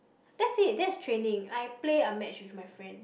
that's it that's training I play a match with my friend